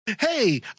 Hey